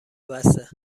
بسه